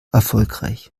erfolgreich